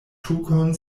tukon